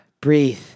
breathe